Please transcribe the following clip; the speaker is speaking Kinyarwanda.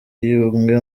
umwe